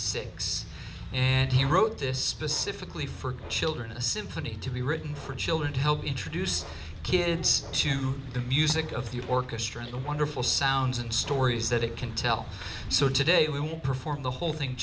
six and he wrote this specifically for children a symphony to be written for children to help introduce kids to the music of the orchestra the wonderful sounds and stories that it can tell so today we will perform the whole thing